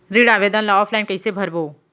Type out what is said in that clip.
ऋण आवेदन ल ऑफलाइन कइसे भरबो?